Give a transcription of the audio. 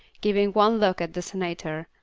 giving one look at the senator,